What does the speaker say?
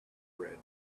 red